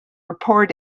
report